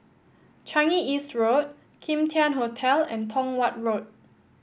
Changi East Road Kim Tian Hotel and Tong Watt Road